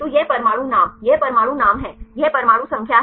तो यह परमाणु नाम यह परमाणु नाम है यह परमाणु संख्या है